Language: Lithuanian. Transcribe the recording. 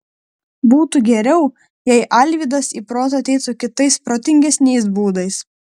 būtų geriau jei alvydas į protą ateitų kitais protingesniais būdais